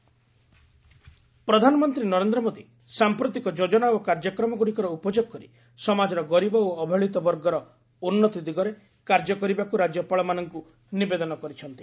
PM governor conference ପ୍ରଧାନମନ୍ତ୍ରୀ ନରେନ୍ଦ୍ର ମୋଦି ସାମ୍ପ୍ରତିକ ଯୋଜନା ଓ କାର୍ଯ୍ୟକ୍ରମଗୁଡ଼ିକର ଉପଯୋଗ କରି ସମାଜର ଗରିବ ଓ ଅବହେଳିତ ବର୍ଗର ଉନ୍ନତି ଦିଗରେ କାର୍ଯ୍ୟ କରିବାକୁ ରାଜ୍ୟପାଳମାନଙ୍କୁ ନିବେଦନ କରିଛନ୍ତି